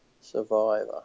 survivor